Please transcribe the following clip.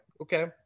okay